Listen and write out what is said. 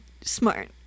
smart